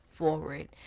forward